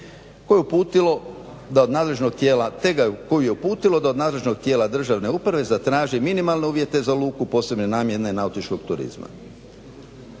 koju je uputilo da od nadležnog tijela državne uprave zatraži minimalne uvjete za luku posebne namjene nautičkog turizma.